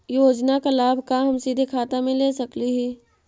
योजना का लाभ का हम सीधे खाता में ले सकली ही?